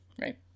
right